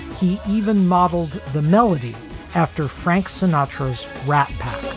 he even modeled the melody after frank sinatra's rat pack.